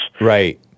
Right